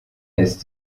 ist